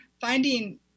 finding